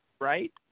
right